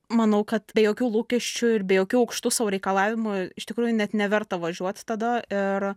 manau kad be jokių lūkesčių ir be jokių aukštų sau reikalavimų iš tikrųjų net neverta važiuot tada ir